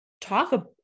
talk